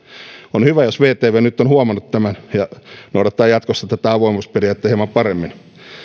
on hyvä jos vtv nyt on huomannut tämän ja noudattaa jatkossa tätä avoimuusperiaatetta hieman paremmin